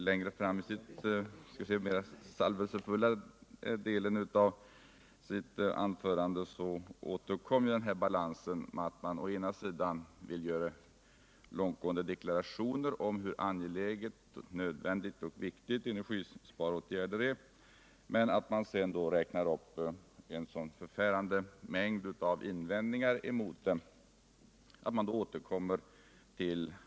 Men när Birgitta Dahl kom litet längre fram i den mera salvelsefulla delen av sitt anförande återkom balansen; å ena sidan ville hon göra mera långtgående deklarationer om hur angelägna, nödvändiga och viktiga energisparåtgärder är, men sedan räknade hon å andra sidan upp en förfärande mängd av invändningar mot samma åtgärder.